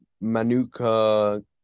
Manuka